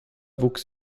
wuchs